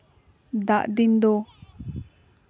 ᱫᱟᱜ ᱫᱤᱱ ᱫᱚ